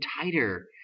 tighter